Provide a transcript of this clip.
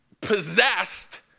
possessed